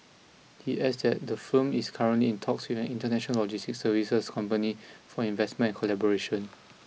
he adds that the firm is currently in talks with an international logistics services company for investment and collaboration